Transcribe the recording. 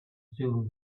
soon